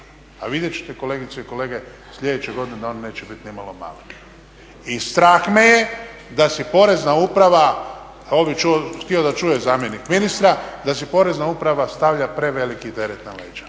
A vidjet ćete kolegice i kolege sljedeće godine da on neće biti nimalo mali. I strah me je da se Porezna uprava, ovo bi htio da čuje zamjenik ministra, da se Porezna uprava stavlja preveliki teret na leđa.